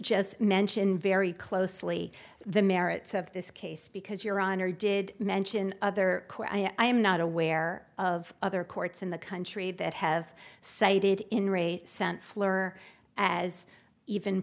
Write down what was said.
just mention very closely the merits of this case because your honor did mention other i am not aware of other courts in the country that have cited in re sent flur as even